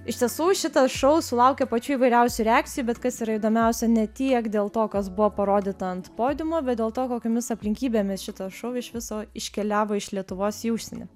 iš tiesų šitas šou sulaukė pačių įvairiausių reakcijų bet kas yra įdomiausia ne tiek dėl to kas buvo parodyta ant podiumo bet dėl to kokiomis aplinkybėmis šitas šou iš viso iškeliavo iš lietuvos į užsienį